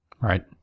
right